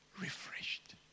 refreshed